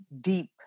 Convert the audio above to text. deep